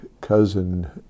cousin